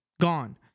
gone